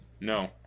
No